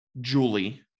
Julie